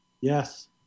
Yes